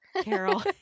Carol